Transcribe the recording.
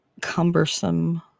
cumbersome